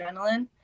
adrenaline